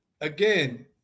again